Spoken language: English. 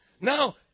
Now